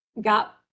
got